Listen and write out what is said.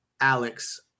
Alex